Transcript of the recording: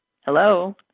Hello